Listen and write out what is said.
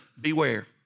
beware